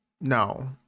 No